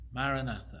Maranatha